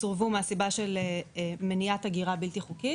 סורבו מהסיבה של מניעת הגירה בלתי חוקית